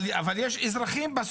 אם היישוב רוצה, מה אכפת לך?